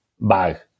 bag